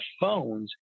phones